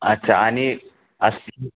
अच्छा आणि अशी